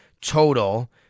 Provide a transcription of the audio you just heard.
total